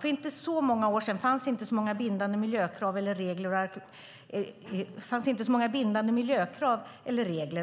För inte så många år sedan fanns inte så många bindande miljökrav eller regler,